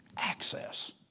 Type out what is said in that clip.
Access